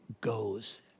goes